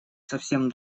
совсем